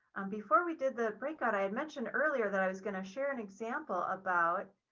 um before we did the breakout, i had mentioned earlier that i was going to share an example about